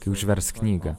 kai užvers knygą